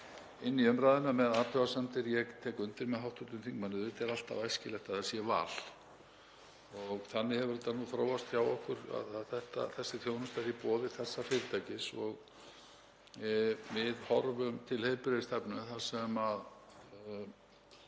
inn í umræðuna með athugasemdir. Ég tek undir með hv. þingmanni, auðvitað er alltaf æskilegt að það sé val. Þannig hefur þetta þróast hjá okkur, að þessi þjónusta er í boði þessa fyrirtækis. Við horfum til heilbrigðisstefnu þar sem við